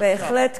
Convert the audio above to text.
בהחלט כן,